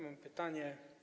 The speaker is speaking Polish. Mam pytanie.